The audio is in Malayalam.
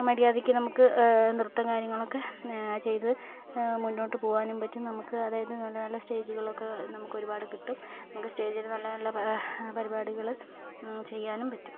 മര്യാദക്ക് നമുക്ക് നൃത്തകാര്യങ്ങളൊക്കെ ചെയ്ത് മുന്നോട്ട് പോകാനും പറ്റും നമുക്ക് അതായത് നല്ല നല്ല സ്റ്റേജുകളൊക്കെ നമുക്ക് ഒരുപാട് കിട്ടും നമുക്ക് സ്റ്റേജിൽ നല്ല നല്ല പ പരിപാടികൾ ചെയ്യാനും പറ്റും